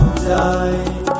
die